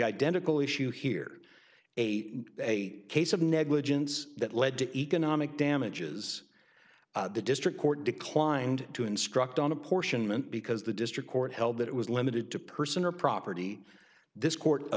identical issue here a a case of negligence that lead to economic damages the district court declined to instruct on apportionment because the district court held that it was limited to person or property this court